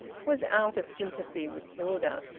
was out of sympathy with hilda,